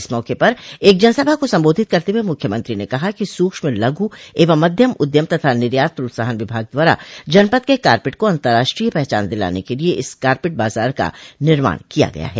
इस मौके पर एक जनसभा को संबोधित करते हुए मुख्यमंत्री ने कहा कि सूक्ष्म लघु एवं मध्यम उद्यम तथा निर्यात प्रोत्साहन विभाग द्वारा जनपद के कारपेट को अतंर्राष्ट्रीय पहचान दिलाने के लिये इस कारपेट बाजार का निर्माण किया गया है